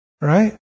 Right